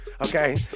okay